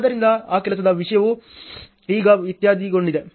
ಆದ್ದರಿಂದ ಆ ಕೆಲಸದ ವಿಷಯವೂ ಈಗ ಇತ್ಯರ್ಥಗೊಂಡಿದೆ